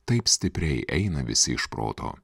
taip stipriai eina visi iš proto